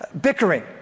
Bickering